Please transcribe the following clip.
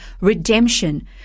redemption